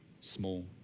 small